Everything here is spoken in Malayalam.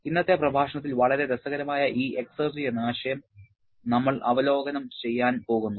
ഇന്നത്തെ പ്രഭാഷണത്തിൽ വളരെ രസകരമായ ഈ എക്സർജി എന്ന ആശയം നമ്മൾ അവലോകനം ചെയ്യാൻ പോകുന്നു